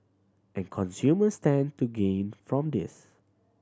and consumers stand to gain from this